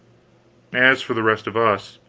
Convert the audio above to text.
as for the rest of us